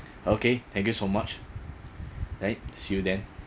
okay thank you so much right see you then